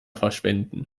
verschwenden